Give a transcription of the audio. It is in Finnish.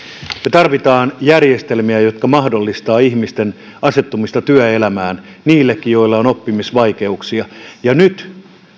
me tarvitsemme järjestelmiä jotka mahdollistavat ihmisten asettumista työelämään niidenkin joilla on oppimisvaikeuksia ja nyt